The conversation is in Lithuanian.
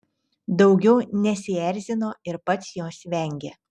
daugiau nesierzino ir pats jos vengė